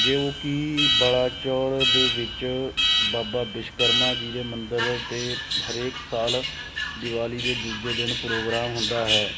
ਜੋ ਕਿ ਬਲਾਚੌਰ ਦੇ ਵਿੱਚ ਬਾਬਾ ਵਿਸ਼ਵਕਰਮਾ ਜੀ ਦੇ ਮੰਦਰ 'ਤੇ ਹਰੇਕ ਸਾਲ ਦਿਵਾਲੀ ਦੇ ਦੂਜੇ ਦਿਨ ਪ੍ਰੋਗਰਾਮ ਹੁੰਦਾ ਹੈ